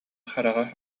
хараҕа